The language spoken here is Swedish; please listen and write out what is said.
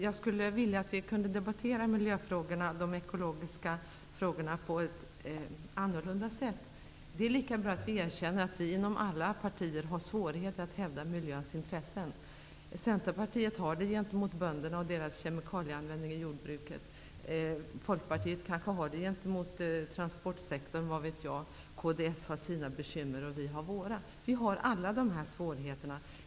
Jag skulle vilja att vi debatterade de ekologiska miljöfrågorna på ett annorlunda sätt. Det är lika bra att erkänna att vi inom alla partier har svårigheter att hävda miljöns intressen. Centerpartiet har svårigheter gentemot bönderna och deras kemikalieanvändning i jordbruket, Folkpartiet kanske har svårigheter gentemot transportsektorn -- vad vet jag -- kds har sina bekymmer och vi socialdemokrater har våra. Vi har alla dessa svårigheter.